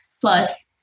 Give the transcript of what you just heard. plus